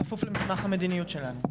בכפוף למסמך המדיניות שלנו.